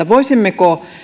voisimmeko